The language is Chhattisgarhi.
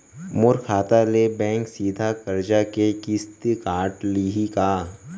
मोर खाता ले बैंक सीधा करजा के किस्ती काट लिही का?